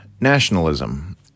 Nationalism